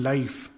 Life